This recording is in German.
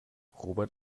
robert